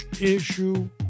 issue